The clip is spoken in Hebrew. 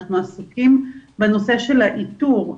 אנחנו עסוקים בנושא של האיתור.